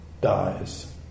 dies